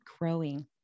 growing